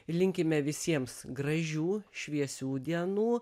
linkime visiems gražių šviesių dienų